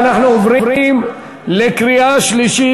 אנחנו עוברים לקריאה שלישית.